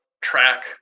track